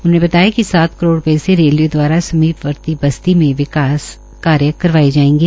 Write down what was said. उन्होंने बताया कि सात करोड़ रूपये से रेलवे दवारा समीपवर्ती बस्ती में विकास कार्य करवाएं जायेंगे